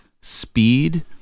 speed